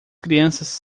crianças